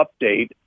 update